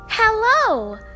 Hello